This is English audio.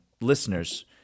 listeners